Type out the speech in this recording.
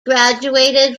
graduated